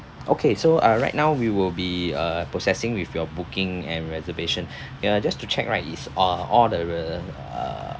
okay so uh right now we will be uh processing with your booking and reservation ya just to check right it's uh all the uh